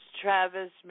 Travis